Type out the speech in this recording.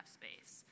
space